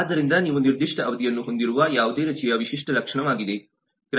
ಆದ್ದರಿಂದ ನೀವು ನಿರ್ದಿಷ್ಟ ಅವಧಿಯನ್ನು ಹೊಂದಿರುವ ಯಾವುದೇ ರಜೆಯು ವಿಶಿಷ್ಟ ಲಕ್ಷಣವಾಗಿದೆ